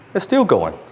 still going.